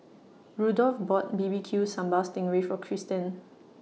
Rudolph bought B B Q Sambal Sting Ray For Christen